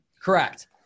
correct